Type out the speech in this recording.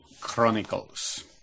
Chronicles